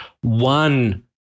one